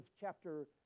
chapter